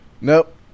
Nope